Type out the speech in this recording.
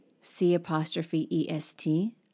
C-apostrophe-E-S-T